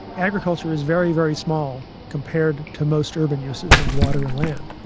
agriculture is very, very small compared to most urban uses of water and land.